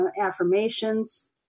affirmations